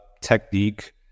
technique